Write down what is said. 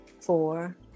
four